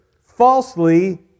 falsely